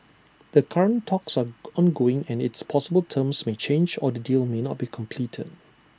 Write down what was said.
the current talks are ongoing and it's possible terms may change or the deal may not be completed